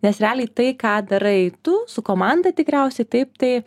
nes realiai tai ką darai tu su komanda tikriausiai taip tai